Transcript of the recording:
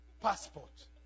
passport